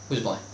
为什么 eh